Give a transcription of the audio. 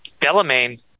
Delamain